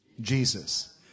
Jesus